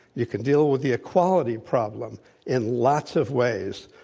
you can deal with the equality problem in lots of ways,